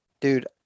dude